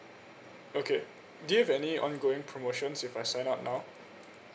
okay do you have any ongoing promotions if I sign up now